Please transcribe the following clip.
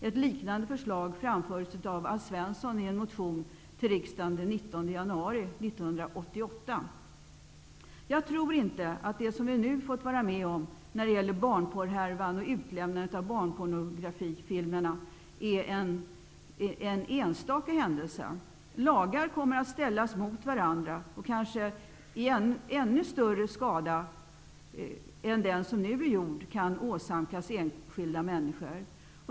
Ett liknande förslag framfördes av Alf Svensson i en motion till riksdagen den 19 Jag tror inte att det som vi nu har fått vara med om, när det gäller barnporrhärvan och utlämnandet av barnpornografifilmerna är en enstaka händelse. Lagar kommer att ställas emot varandra, och kanske kan ännu större skada än den som nu är gjord åsamkas enskilda människor.